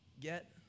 get